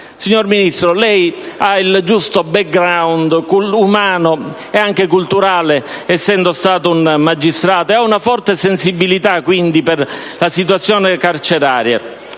Signor Ministro, lei ha il giusto *background* umano ed anche culturale, essendo stato un magistrato, ed ha una forte sensibilità per la situazione carceraria.